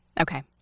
okay